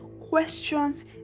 questions